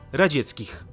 radzieckich